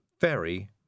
Very